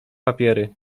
papiery